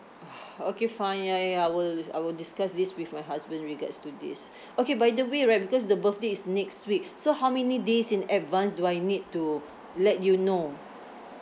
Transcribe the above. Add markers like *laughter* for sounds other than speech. *noise* okay fine ya ya ya I will dis~ I will discuss this with my husband regards to this okay by the way right because the birthday is next week so how many days in advance do I need to let you know